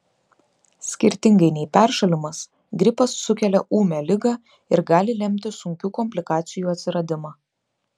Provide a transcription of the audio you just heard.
skirtingai nei peršalimas gripas sukelia ūmią ligą ir gali lemti sunkių komplikacijų atsiradimą